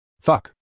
Fuck